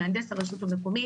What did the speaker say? מהנדס הרשות המקומית,